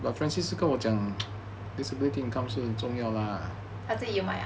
他自己有买 ah